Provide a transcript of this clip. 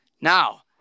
Now